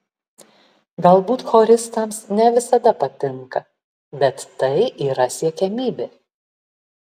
galbūt choristams ne visada patinka bet tai yra siekiamybė